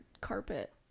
carpet